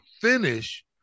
finish